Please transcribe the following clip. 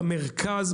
במרכז,